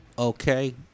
Okay